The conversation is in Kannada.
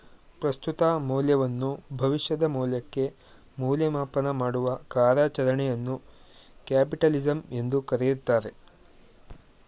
ಪ್ರಸ್ತುತ ಮೌಲ್ಯವನ್ನು ಭವಿಷ್ಯದ ಮೌಲ್ಯಕ್ಕೆ ಮೌಲ್ಯಮಾಪನ ಮಾಡುವ ಕಾರ್ಯಚರಣೆಯನ್ನು ಕ್ಯಾಪಿಟಲಿಸಂ ಎಂದು ಕರೆಯುತ್ತಾರೆ